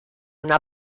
una